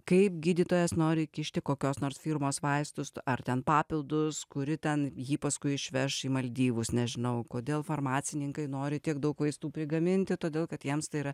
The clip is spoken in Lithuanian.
kaip gydytojas nori įkišti kokios nors firmos vaistus ar ten papildus kuri ten jį paskui išveš į maldyvus nežinau kodėl farmacininkai nori tiek daug vaistų prigaminti todėl kad jiems tai yra